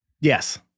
Yes